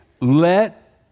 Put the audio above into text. let